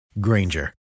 Granger